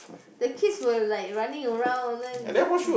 the kids will like running around and then they